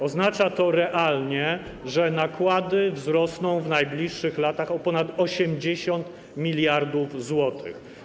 Oznacza to realnie, że nakłady wzrosną w najbliższych latach o ponad 80 mld zł.